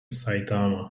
saitama